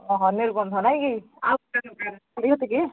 ଅହ ନିର୍ବନ୍ଧ ନାଇଁ କି ଆଉ ଶାଢ଼ୀ ଅଛି କି